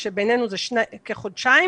שבינינו זה כחודשיים,